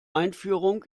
einführung